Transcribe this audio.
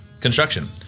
construction